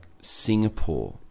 singapore